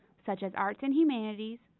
such as arts and humanities,